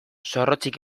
zorrotzik